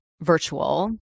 virtual